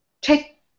take